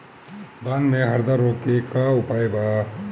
धान में हरदा रोग के का उपाय बा?